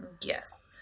Yes